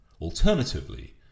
Alternatively